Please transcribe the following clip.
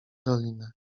dolinę